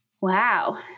Wow